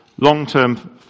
long-term